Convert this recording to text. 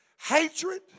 hatred